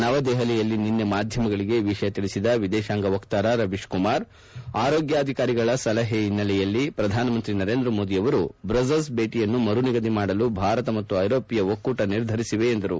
ನವದೆಹಲಿಯಲ್ಲಿ ನಿನ್ನೆ ಮಾಧ್ಯಮಗಳಿಗೆ ಈ ವಿಷಯ ತಿಳಿಸಿದ ವಿದೇಶಾಂಗ ವ್ಯವಹಾರಗಳ ಸಚಿವಾಲಯದ ವಕ್ತಾರ ರವೀಶ್ ಕುಮಾರ್ ಆರೋಗ್ವಾಧಿಕಾರಿಗಳ ಸಲಹೆ ಹಿನ್ನೆಲೆಯಲ್ಲಿ ಪ್ರಧಾನಮಂತ್ರಿ ನರೇಂದ್ರ ಮೋದಿ ಅವರ ಬ್ರುಸೆಲ್ಲ್ ಭೇಟಿಯನ್ನು ಮರುನಿಗದಿ ಮಾಡಲು ಭಾರತ ಮತ್ತು ಐರೋಪ್ಟ ಒಕ್ಕೂಟ ನಿರ್ಧರಿಸಿವೆ ಎಂದರು